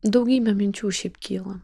daugybė minčių šiaip kyla